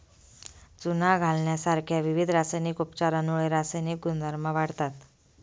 चुना घालण्यासारख्या विविध रासायनिक उपचारांमुळे रासायनिक गुणधर्म वाढतात